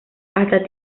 hasta